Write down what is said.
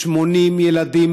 80 ילדים,